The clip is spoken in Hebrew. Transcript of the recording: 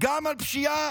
גם על פשיעה